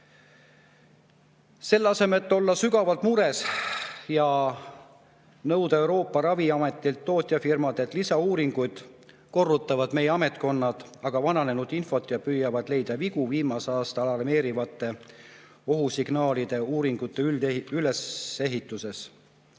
Selle asemel, et olla sügavalt mures ning nõuda Euroopa Ravimiametilt ja tootjafirmadelt lisauuringuid, korrutavad meie ametkonnad vananenud infot ja püüavad leida vigu viimase aasta alarmeerivate ohusignaalidega uuringute ülesehituses.